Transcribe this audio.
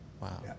Wow